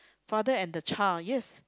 father and the child yes